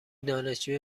دانشجوی